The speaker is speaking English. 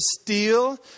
steal